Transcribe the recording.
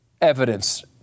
evidence